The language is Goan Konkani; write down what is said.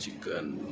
चिकन